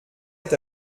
est